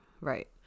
right